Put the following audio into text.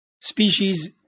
species